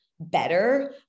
better